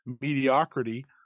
mediocrity